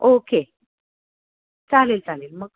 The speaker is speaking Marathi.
ओके चालेल चालेल मग